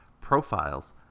profiles